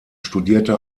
studierte